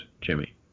Jimmy